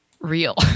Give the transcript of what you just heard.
real